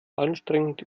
anstrengend